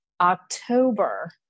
October